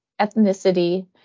ethnicity